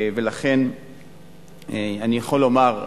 ולכן אני יכול לומר,